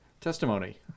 testimony